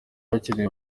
bakeneye